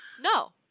No